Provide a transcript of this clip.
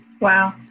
Wow